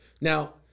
Now